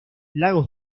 lagos